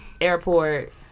Airport